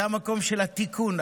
זה המקום של התיקון.